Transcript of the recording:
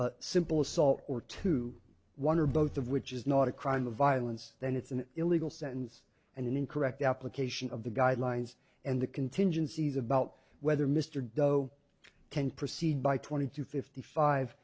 a simple assault or two one or both of which is not a crime of violence then it's an illegal sentence and an incorrect application of the guidelines and the contingencies about whether mr dough can proceed by twenty to fifty five